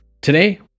Today